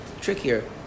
trickier